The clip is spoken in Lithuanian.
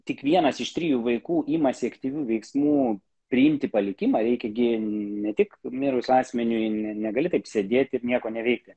tik vienas iš trijų vaikų imasi aktyvių veiksmų priimti palikimą reikia ne tik mirus asmeniui negali kaip sėdėti ir nieko neveikti